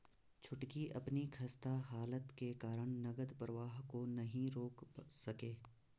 छुटकी अपनी खस्ता हालत के कारण नगद प्रवाह को नहीं रोक सके